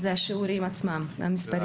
אלה השיעורים עצמם, המספרים.